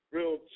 Real